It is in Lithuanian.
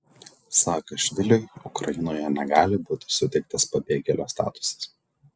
saakašviliui ukrainoje negali būti suteiktas pabėgėlio statusas